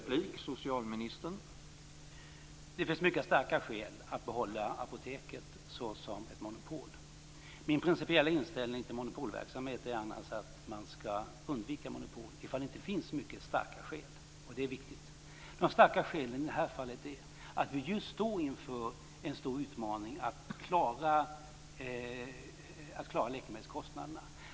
Herr talman! Det finns mycket starka skäl att behålla Apoteket som ett monopol. Min principiella inställning till monopolverksamhet är annars att man skall undvika monopol, ifall det inte finns mycket starka skäl. Detta är viktigt. Ett starkt skäl i det här fallet är att vi just står inför den stora utmaningen att klara läkemedelskostnaderna.